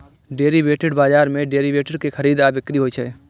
derivative बाजार मे derivative के खरीद आ बिक्री होइ छै